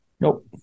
nope